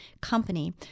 company